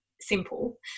simple